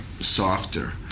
softer